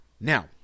Now